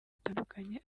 zitandukanye